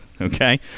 Okay